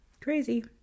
Crazy